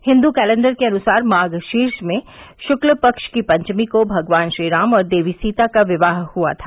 Hindu calendar के अनुसार माघ शीर्ष में शुक्ल पक्ष की पंचमी को भगवान श्रीराम और देवी सीता का विवाह हुआ था